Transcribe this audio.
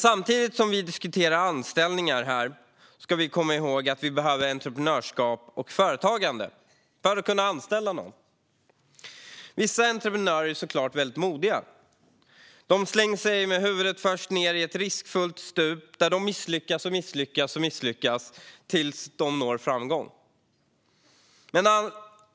Samtidigt som vi diskuterar anställningar ska vi komma ihåg att det behövs entreprenörskap och företagande för att kunna anställa någon. Vissa entreprenörer är modiga och slänger sig med huvudet först nedför ett riskfyllt stup och misslyckas och misslyckas tills de når framgång.